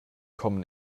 kommen